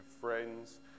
friends